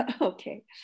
Okay